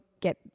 get